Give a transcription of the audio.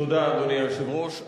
תודה, אדוני היושב-ראש.